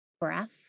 breath